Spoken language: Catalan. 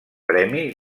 premi